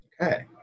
Okay